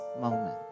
moment